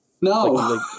No